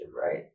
right